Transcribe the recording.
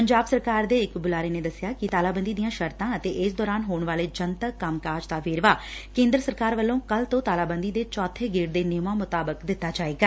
ਪੰਜਾਬ ਸਰਕਾਰ ਦੇ ਇਕ ਬੁਲਾਰੇ ਨੇ ਦੱਸਿਆ ਕਿ ਤਾਲਾਬੰਦੀ ਦੀਆਂ ਸ਼ਰਤਾਂ ਅਤੇ ਇਸ ਦੌਰਾਨ ਹੋਣ ਵਾਲੇ ਜਨਤਕ ਕੰਮ ਕਾਜ ਦਾ ਵੇਰਵਾ ਕੇਂਦਰ ਸਰਕਾਰ ਵਲੋਂ ਕੱਲ੍ਹ ਤੋਂ ਤਾਲਾਬੰਦੀ ਦੇ ਚੌਥੇ ਗੇੜ ਦੇ ਨੇਮਾਂ ਮੁਤਾਬਕ ਦਿੱਤਾ ਜਾਏਗਾ